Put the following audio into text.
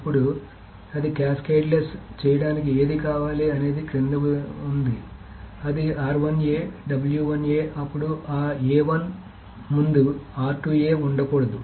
ఇప్పుడు అది క్యాస్కేడ్లెస్ చేయడానికి ఏది కావాలి అనేది క్రింద ఉంది అది అప్పుడు ఆ ముందు ఉండకూడదు